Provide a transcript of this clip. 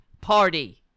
party